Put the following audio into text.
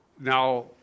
Now